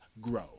grow